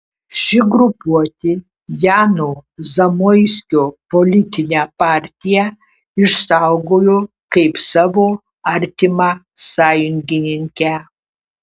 ši grupuotė jano zamoiskio politinę partiją išsaugojo kaip savo artimą sąjungininkę